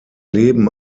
leben